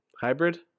Hybrid